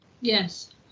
Yes